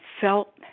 felt